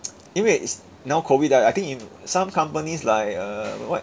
因为 is now COVID right I think in some companies like err what